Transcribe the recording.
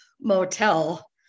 motel